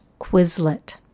Quizlet